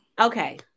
okay